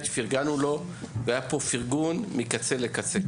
פרגנו לו ושהיה פה פרגון מקצה לקצה.